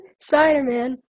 Spider-Man